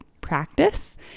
practice